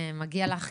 מגיע לך,